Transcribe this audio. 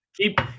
keep